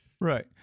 Right